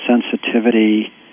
sensitivity